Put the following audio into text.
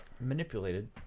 manipulated